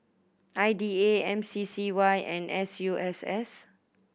I D A M C C Y and S U S S